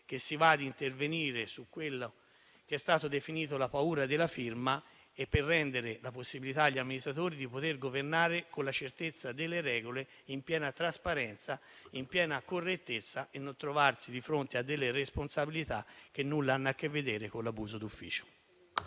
che si interviene su quella che è stata definita la paura della firma, per rendere la possibilità agli amministratori di governare con la certezza delle regole, in piena trasparenza e correttezza, senza trovarsi di fronte a responsabilità che nulla hanno a che vedere con l'abuso d'ufficio.